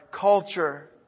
culture